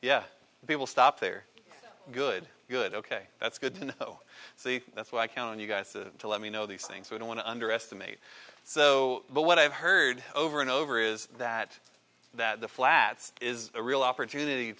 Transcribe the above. yeah people stop their good good ok that's good that's why i count on you guys to let me know these things we don't want to underestimate so what i've heard over and over is that that the flats is a real opportunity